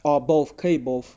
or both 可以 both